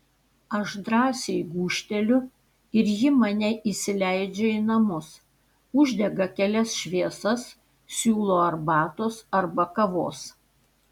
aš drąsiai gūžteliu ir ji mane įsileidžia į namus uždega kelias šviesas siūlo arbatos arba kavos